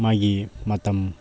ꯃꯥꯒꯤ ꯃꯇꯝ